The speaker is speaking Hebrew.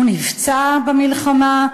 הוא נפצע במלחמה,